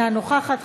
אינה נוכחת.